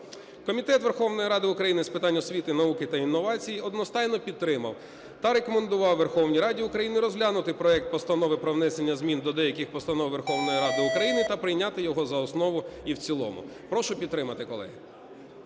Комітет Верховної Ради України з питань освіти, науки та інновацій одностайно підтримав та рекомендував Верховній Раді України розглянути проект Постанови про внесення змін до деяких постанов Верховної Ради України та прийняти його за основу і в цілому. Прошу підтримати, колеги.